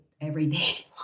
everyday